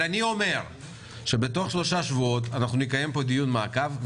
בתוך שלושה שבועות נקיים פה דיון מעקב.